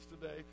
today